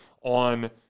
on